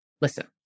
Listen